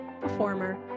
performer